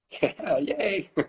Yay